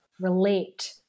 relate